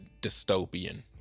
dystopian